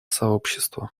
сообщества